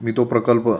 मी तो प्रकल्प